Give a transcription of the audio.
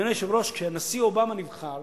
אדוני היושב-ראש, כשהנשיא אובמה נבחר